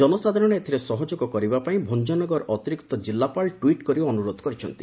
ଜନସାଧାରଣ ଏଥିରେ ସହଯୋଗ କରିବା ପାଇଁ ଭଞ୍ଚନଗର ଅତିରିକ୍ତ କିଲ୍ଲାପାଳ ଟ୍ଟ୍ କରି ଅନୁରୋଧ କରିଛନ୍ତି